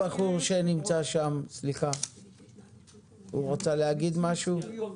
הבחור שיושב שם רצה להגיד משהו,